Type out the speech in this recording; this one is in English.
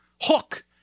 hook